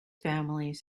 families